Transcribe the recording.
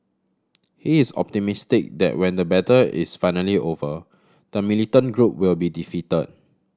he is optimistic that when the battle is finally over the militant group will be defeated